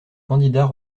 candidat